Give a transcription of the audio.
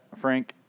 Frank